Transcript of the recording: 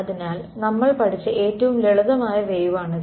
അതിനാൽ നമ്മൾ പഠിച്ച ഏറ്റവും ലളിതമായ വേവാണിത്